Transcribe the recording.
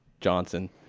Johnson